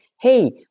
Hey